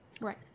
Right